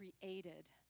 created